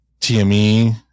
TME